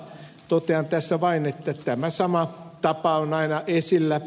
totean tässä vain että tämä sama tapa on aina esillä